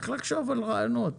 צריך לחשוב על רעיונות.